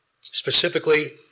Specifically